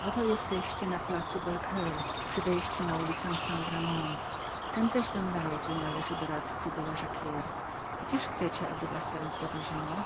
oto jesteście na placu belle cour przy wejściu na ulicę st ramond ten zaś dom na rogu należy do radcy de la jacquire gdzież teraz chcecie aby was zawieziono